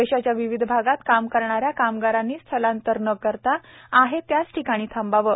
देशाच्या विविध भागात काम करणाऱ्या कामगारांनी स्थलांतर न करता आहेत त्या ठिकाणीच थांबावं